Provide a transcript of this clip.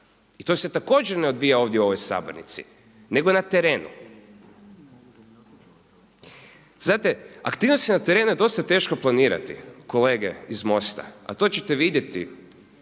I to se također ne odvija ovdje u ovoj sabornici nego na terenu. Znate, aktivnosti na terenu je dosta teško planirati kolege iz MOST-a, a to ćete vidjeti